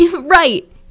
right